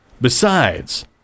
Besides